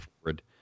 forward